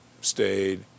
stayed